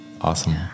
Awesome